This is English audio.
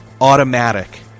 Automatic